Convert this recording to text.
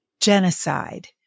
genocide